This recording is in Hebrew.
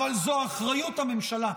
אבל זאת אחריות הממשלה.